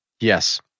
yes